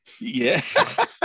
Yes